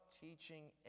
teaching